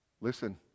listen